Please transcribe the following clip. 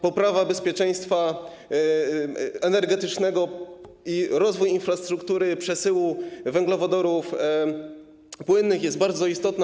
Poprawa bezpieczeństwa energetycznego i rozwój infrastruktury przesyłu węglowodorów płynnych są bardzo istotne.